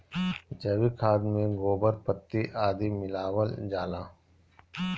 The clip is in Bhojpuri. जैविक खाद में गोबर, पत्ती आदि मिलावल जाला